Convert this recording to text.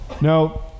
Now